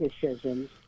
decisions